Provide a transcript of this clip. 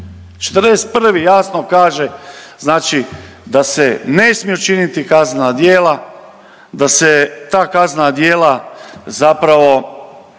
41. jasno kaže znači da se ne smiju činiti kaznena djela, da se ta kaznena djela zapravo